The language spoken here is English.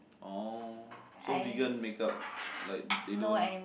orh so vegan makeup like they don't